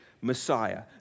Messiah